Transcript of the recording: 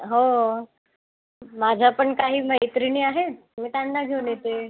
हो माझ्या पण काही मैत्रिणी आहेत मी त्यांना घेऊन येते